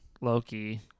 loki